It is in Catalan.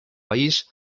país